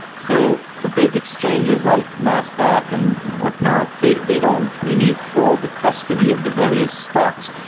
so the big exchanges, like nasdaq, and whatnot, they they don't really hold the custody of the various stocks.